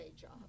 job